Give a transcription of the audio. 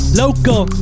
local